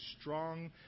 strong